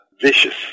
vicious